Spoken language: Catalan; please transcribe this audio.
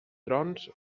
trons